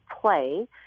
play